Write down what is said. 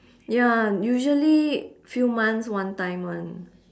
ya usually few months one time [one]